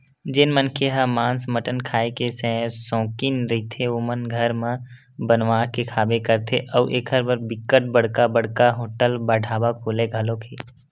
जेन मनखे ह मांस मटन खांए के सौकिन रहिथे ओमन घर म बनवा के खाबे करथे अउ एखर बर बिकट बड़का बड़का होटल ढ़ाबा खुले घलोक हे